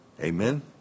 Amen